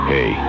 Hey